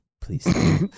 please